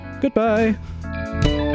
goodbye